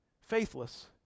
faithless